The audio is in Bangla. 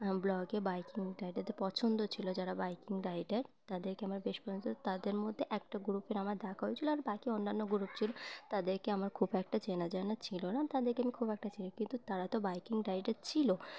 ব্লগে বাইকিং রাইডারদের পছন্দ ছিলো যারা বাইকিং রাইডার তাদেরকে আমার বেশ পছন্দ তাদের মধ্যে একটা গ্রুপের আমার দেখা হয়েছিলো আর বাকি অন্যান্য গ্রুপ ছিলো তাদেরকে আমার খুব একটা চেনা জানা ছিল না তাদেরকে আমি খুব একটা চিনি না কিন্তু তারা তো বাইকিং রাইডার ছিলো